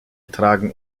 tragen